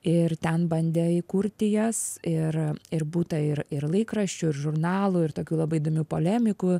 ir ten bandė įkurti jas ir ir būta ir ir laikraščių ir žurnalų ir tokių labai įdomių polemikų